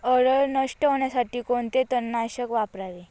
हरळ नष्ट होण्यासाठी कोणते तणनाशक वापरावे?